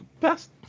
best